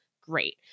great